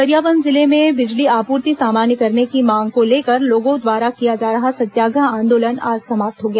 गरियाबंद जिले में बिजली आपूर्ति सामान्य करने की मांग को लेकर लोगों द्वारा किया जा रहा सत्याग्रह आंदोलन आज समाप्त हो गया